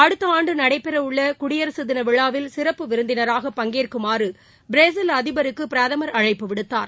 அடுத்தஆண்டுநடைபெறவுள்ளகுடியரசுதினவிழாவில் சிறப்பு விருந்தினராக பங்கேற்குமாறபிரேசில் அதிபருக்குபிரதமர் அழைப்பு விடுத்தார்